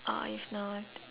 or if not